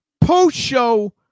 post-show